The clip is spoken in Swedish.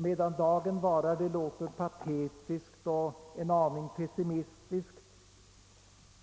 Medan dagen varar — det låter patetiskt och en aning pessimistiskt.